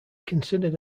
considered